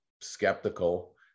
skeptical